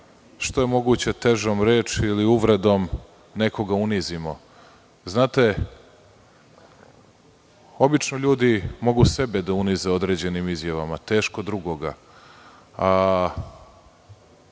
što je moguće težom reči ili uvredom, nekog unizimo. Obično ljudi mogu sebe da unize određenim izjavama, teško drugoga.